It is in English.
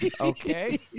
Okay